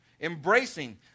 embracing